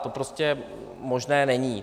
To prostě možné není.